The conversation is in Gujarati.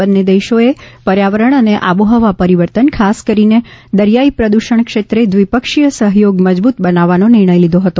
બંને દેશોએ પર્યાવરણ અને આબોહવા પરિવર્તન ખાસ કરીને દરિયાઇ પ્રદૃષણ ક્ષેત્રે દ્વિપક્ષીય સહયોગ મજબૂત બનાવવાનો નિર્ણય લીધો હતો